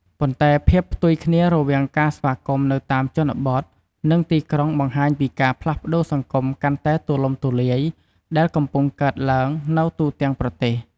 ប៉ុន្តែភាពផ្ទុយគ្នារវាងការស្វាគមន៍នៅតាមជនបទ និងទីក្រុងបង្ហាញពីការផ្លាស់ប្តូរសង្គមកាន់តែទូលំទូលាយដែលកំពុងកើតឡើងនៅទូទាំងប្រទេស។